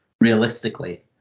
realistically